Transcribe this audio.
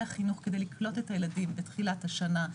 החינוך כדי לקלוט את הילדים בתחילת השנה,